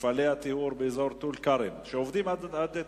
מפעלי הטיהור באזור טול-כרם, שעובדים עד עצם,